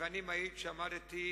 ואני מעיד שעמדתי,